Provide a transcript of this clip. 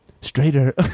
Straighter